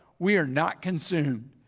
we are not consumed.